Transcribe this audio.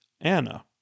Anna